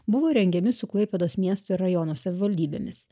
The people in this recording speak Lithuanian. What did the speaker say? buvo rengiami su klaipėdos miesto ir rajono savivaldybėmis